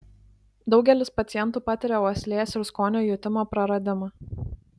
daugelis pacientų patiria uoslės ir skonio jutimo praradimą